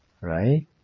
right